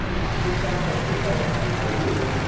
ma'am market से आप वैसे भी प्राइज़ काफ़ी हाई बोल रहे हैं